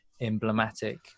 emblematic